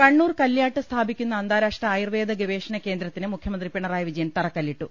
കണ്ണൂർ കല്ല്യാട്ട് സ്ഥാപിക്കുന്ന അന്താരാഷ്ട്ര ആയുർവേദ ഗവേഷണ കേന്ദ്രത്തിന് മുഖ്യമന്ത്രി പിണറായി വിജയൻ തറക്കല്ലിട്ടു